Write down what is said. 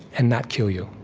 and not kill you.